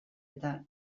eta